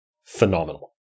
phenomenal